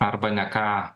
arba ne ką